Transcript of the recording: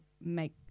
make